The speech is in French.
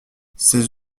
ses